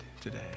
today